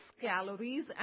calories